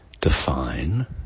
Define